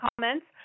comments